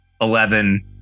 eleven